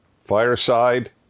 Fireside